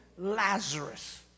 Lazarus